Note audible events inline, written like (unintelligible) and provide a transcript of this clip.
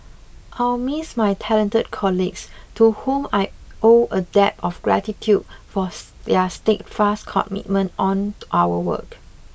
I'll miss my talented colleagues to whom I owe a debt of gratitude for (unintelligible) their steadfast commitment on our work